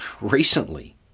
recently